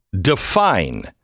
define